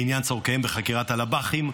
לעניין צורכיהם בחקירת הלב"חים,